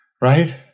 right